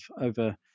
over